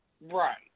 Right